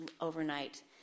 overnight